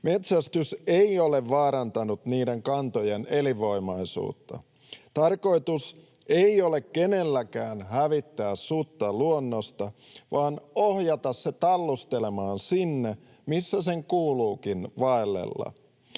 Metsästys ei ole vaarantanut niiden kantojen elinvoimaisuutta. Tarkoitus ei ole kenelläkään hävittää sutta luonnosta vaan ohjata se tallustelemaan sinne, missä sen kuuluukin vaellella.